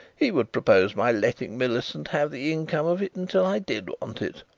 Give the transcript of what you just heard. he would propose my letting millicent have the income of it until i did want it,